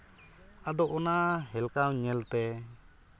ᱟᱫᱚ ᱚᱱᱟ ᱦᱮᱞᱠᱟᱣ ᱧᱮᱞᱛᱮ